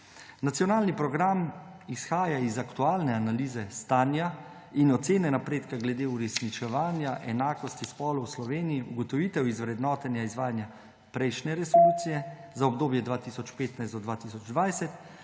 Nacionalni program izhaja iz aktualne analize stanja in ocene napredka glede uresničevanja enakosti spolov v Sloveniji, iz ugotovitev iz vrednotenja izvajanja prejšnje resolucije za obdobje 2015 do 2020,